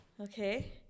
Okay